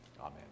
Amen